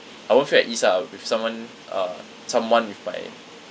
I won't feel at ease ah with someone uh someone with my